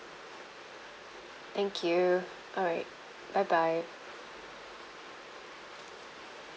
thank you all right bye bye